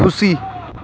ᱠᱷᱩᱥᱤ